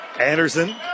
Anderson